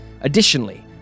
Additionally